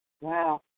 Wow